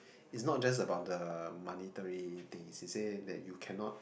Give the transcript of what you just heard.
it's not just about the monetary thing she say that you cannot